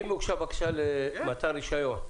אם הוגשה בקשה למתן רישיון?